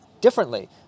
differently